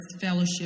Fellowship